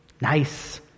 nice